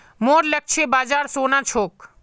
मोर लक्ष्य बाजार सोना छोक